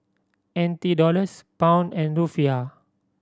N T Dollars Pound and Rufiyaa